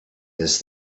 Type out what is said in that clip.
this